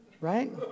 right